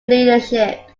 leadership